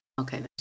okay